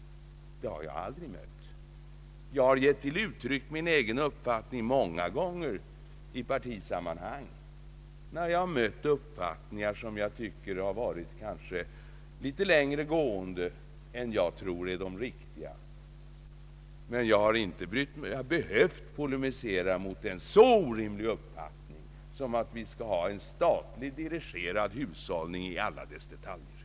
Jag har gett uttryck för min egen uppfattning många gånger i partisammanhang när jag har mött uppfattningar som jag har tyckt vara kanske litet längre gående än vad jag anser vara riktigt. Men jag har aldrig behövt polemisera mot en så orimlig uppfattning som den här refererade att vi skall ha en statligt dirigerad hushållning i alla dess detaljer.